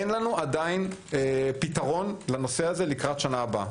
אין לנו עדיין פתרון לנושא הזה לקראת השנה הבאה.